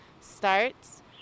starts